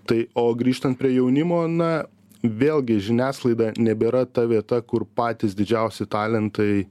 tai o grįžtant prie jaunimo na vėlgi žiniasklaida nebėra ta vieta kur patys didžiausi talentai